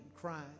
crying